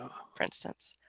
for instance,